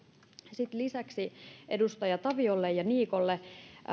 tärkeää lisäksi edustaja taviolle ja niikolle